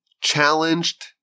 challenged